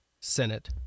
Senate